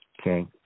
Okay